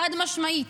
חד-משמעית.